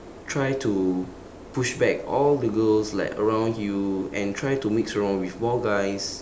try to push back all the girls like around you and try to mix around with more guys